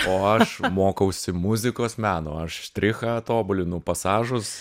o aš mokausi muzikos meno aš štrichą tobulinu pasažus